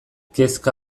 kezka